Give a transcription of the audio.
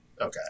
Okay